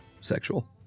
sexual